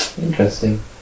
Interesting